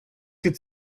could